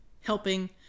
helping